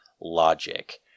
Logic